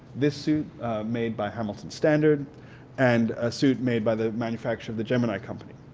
this suit made by hamilton standard and a suit made by the manufacturer of the gemini company.